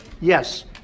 Yes